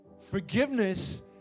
Forgiveness